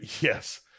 Yes